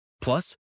Plus